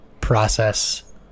process